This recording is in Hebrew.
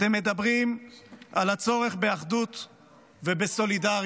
אתם מדברים על הצורך באחדות ובסולידריות,